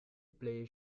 play